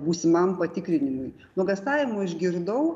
būsimam patikrinimui nuogąstavimų išgirdau